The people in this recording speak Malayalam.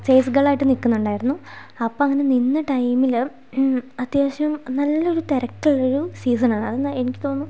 സെയിൽസ് ഗേളായിട്ട് നിൽക്കുന്നുണ്ടായിരുന്നു അപ്പോൾ അങ്ങനെ നിന്ന ടൈമിൽ അത്യാവശ്യം നല്ല ഒരു തിരക്കുള്ള ഒരു സീസണാണ് അതെന്നാൽ എനിക്ക് തോന്നുന്നു